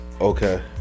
okay